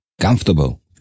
comfortable